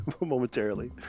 momentarily